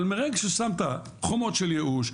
אבל ברגע ששמת חומות של ייאוש,